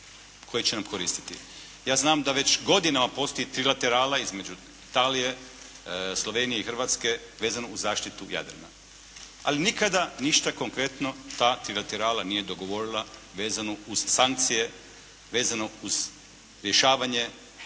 Ja znam da već godinama postoji trilaterala između Italije, Slovenije i Hrvatske vezano uz zaštitu Jadrana, ali nikada ništa konkretno ta trilaterala nije dogovorila vezano uz sankcije, vezano uz rješavanje očito